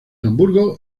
hamburgo